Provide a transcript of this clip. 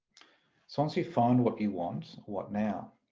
so once you find what you want what now?